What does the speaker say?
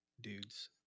dudes